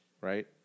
Right